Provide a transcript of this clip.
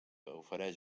ofereix